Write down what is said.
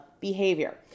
behavior